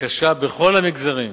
וקשה בכל המגזרים.